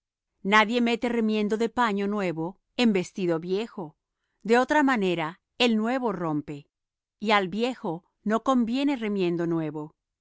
nadie mete remiendo de paño nuevo en vestido viejo de otra manera el nuevo rompe y al viejo no conviene remiendo nuevo